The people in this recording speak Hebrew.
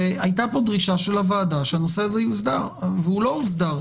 הייתה פה דרישה של הוועדה שהנושא הזה יוסדר והוא לא הוסדר,